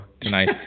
tonight